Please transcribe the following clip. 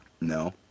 No